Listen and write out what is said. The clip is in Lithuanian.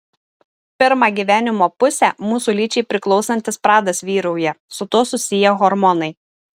pirmą gyvenimo pusę mūsų lyčiai priklausantis pradas vyrauja su tuo susiję hormonai